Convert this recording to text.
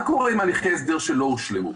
מה קורה עם הליכי הסדר שלא הושלמו?